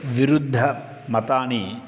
विरुद्धमतानि